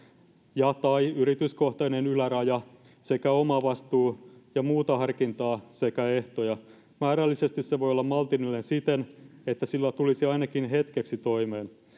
ja tai yrityskohtainen yläraja sekä omavastuu ja muuta harkintaa sekä ehtoja määrällisesti se voi olla maltillinen siten että sillä tulisi ainakin hetkeksi toimeen